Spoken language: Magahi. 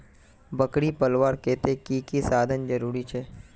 बकरी पलवार केते की की साधन जरूरी छे?